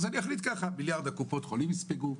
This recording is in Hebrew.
אז אני אחליט ככה: מיליארד קופות החולים יספגו,